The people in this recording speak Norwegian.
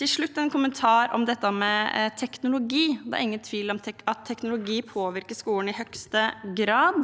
Til slutt en kommentar til dette med teknologi: Det er ingen tvil om at teknologi påvirker skolen i høyeste grad.